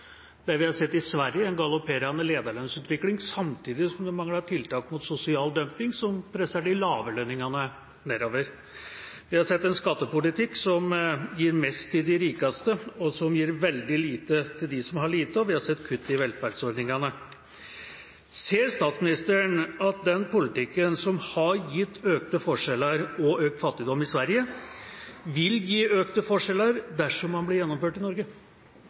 vi har sett i Sverige, er en galopperende lederlønnsutvikling samtidig som de mangler tiltak mot sosial dumping, som presser de lave lønningene nedover. Vi har sett en skattepolitikk som gir mest til de rikeste, og som gir veldig lite til dem som har lite, og vi har sett kutt i velferdsordningene. Ser statsministeren at den politikken som har gitt økte forskjeller og økt fattigdom i Sverige, vil gi økte forskjeller dersom den blir gjennomført i Norge?